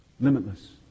Limitless